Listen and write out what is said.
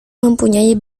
mempunyai